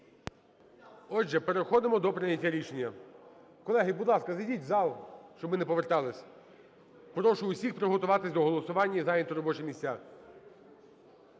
Отже, переходимо до прийняття рішення. Колеги, будь ласка, зайдіть в зал, щоб ми не повертались. Прошу усіх приготуватись до голосування і зайняти робочі місця.